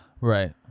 Right